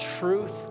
truth